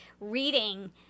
reading